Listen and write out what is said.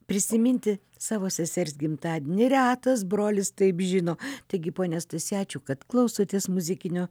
prisiminti savo sesers gimtadienį retas brolis taip žino taigi pone stasy ačiū kad klausotės muzikinio